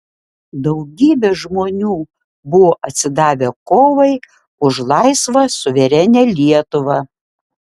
daugybė žmonių buvo atsidavę kovai už laisvą suverenią lietuvą